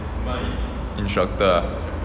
instructor ah